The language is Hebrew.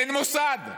אין מוסד,